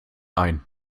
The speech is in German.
ein